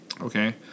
okay